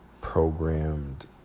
programmed